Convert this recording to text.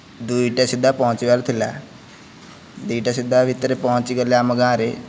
ଦୁଇଟା ସୁଦ୍ଧା ପହଞ୍ଚିବାର ଥିଲା ଦୁଇଟା ସୁଦ୍ଧା ଭିତରେ ପହଞ୍ଚି ଗଲେ ଆମ ଗାଁରେ